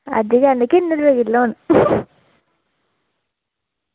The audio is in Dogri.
अज्ज गै औन्नी किन्ने रपेऽ किलो न